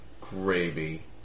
gravy